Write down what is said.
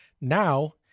Now